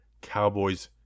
Cowboys